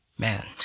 Man